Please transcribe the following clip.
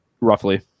roughly